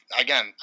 again